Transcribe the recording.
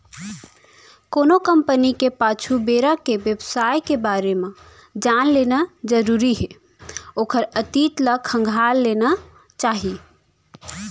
कोनो कंपनी के पाछू बेरा के बेवसाय के बारे म जान लेना जरुरी हे ओखर अतीत ल खंगाल लेना चाही